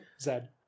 Zed